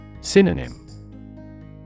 Synonym